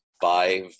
five